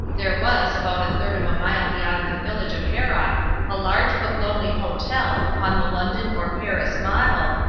there was about a third of a mile beyond the village of haroc a large but lonely hotel upon the london or paris model,